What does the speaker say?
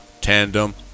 Tandem